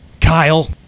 Kyle